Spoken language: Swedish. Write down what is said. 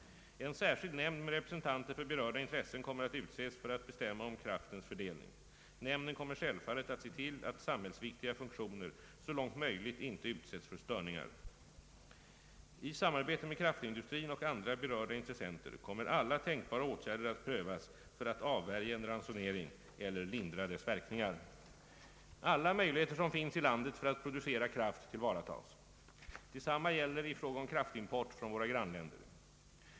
En särskild nämnd med representanter för berörda intressen kommer att utses för att bestämma om kraftens fördelning. Nämnden kommer självfallet att se till att samhällsviktiga funktioner så långt möjligt inte utsätts för störningar. I samarbete med kraftindustrin och andra berörda intressenter kommer alla tänkbara åtgärder att prövas för att avvärja en ransonering eller lindra dess verkningar. Alla möjligheter som finns i landet för att producera kraft tillvaratas. Detsamma gäller i fråga om kraftimport från våra grannländer.